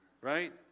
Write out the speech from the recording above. Right